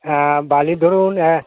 হ্যাঁ বালির ধরুন অ্যা